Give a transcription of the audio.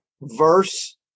verse